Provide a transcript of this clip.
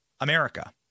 America